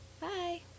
Bye